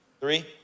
Three